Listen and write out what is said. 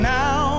now